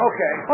Okay